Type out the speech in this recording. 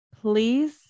please